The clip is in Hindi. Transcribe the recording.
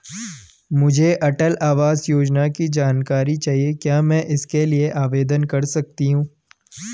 मुझे अटल आवास योजना की जानकारी चाहिए क्या मैं इसके लिए आवेदन कर सकती हूँ?